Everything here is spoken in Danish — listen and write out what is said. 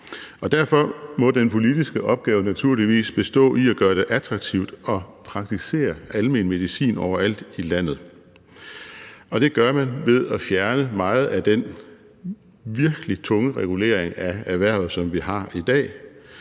derfor må den politiske opgave naturligvis bestå i at gøre det attraktivt at praktisere almen medicin overalt i landet. Og det gør man ved at fjerne meget af den virkelig tunge regulering af erhvervet, som vi har i dag.